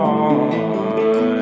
on